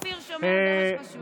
אופיר שומע, זה מה שחשוב.